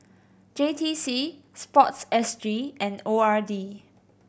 J T C SPORTSG and O R D